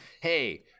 Hey